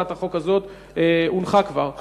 הצעת החוק הונחה כבר היום על שולחן הכנסת.